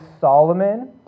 Solomon